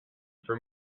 for